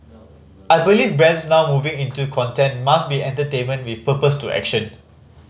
I believe brands now moving into content must be entertainment with purpose to action